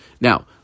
Now